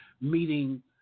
meeting